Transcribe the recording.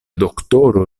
doktoro